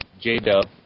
J-Dub